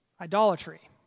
idolatry